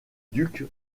duc